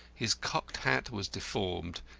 his cocked hat was deformed,